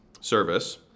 service